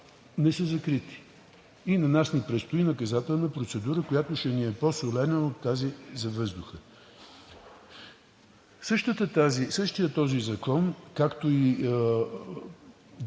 не са закрити и на нас ни предстои наказателна процедура, която ще ни е по-солена от тази за въздуха. Същият този закон, както и Регламентът